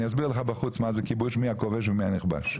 אסביר לך בחוץ מה זה כיבוש, מי הכובש ומי הנכבש.